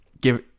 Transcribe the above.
give